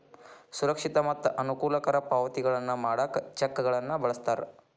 ಸುರಕ್ಷಿತ ಮತ್ತ ಅನುಕೂಲಕರ ಪಾವತಿಗಳನ್ನ ಮಾಡಾಕ ಚೆಕ್ಗಳನ್ನ ಬಳಸ್ತಾರ